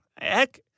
Heck